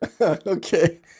Okay